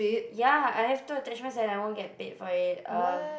ya I have two attachments and I won't get paid for it um